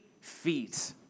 feet